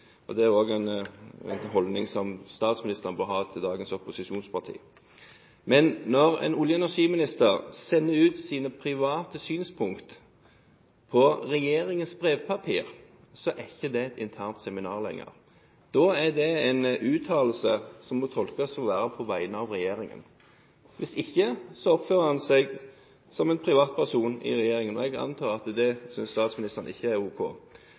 Det er også en holdning som statsministeren bør ha til dagens opposisjonspartier. Men når en olje- og energiminister sender ut sine private synspunkter på regjeringens brevpapir, er ikke det et internt seminar lenger. Da er det en uttalelse som må tolkes som å være på vegne av regjeringen. Hvis ikke, oppfører han seg som en privatperson i regjeringen, og jeg antar at statsministeren ikke synes det er ok.